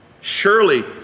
Surely